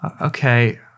Okay